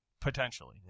Potentially